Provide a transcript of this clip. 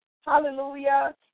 hallelujah